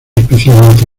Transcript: especialmente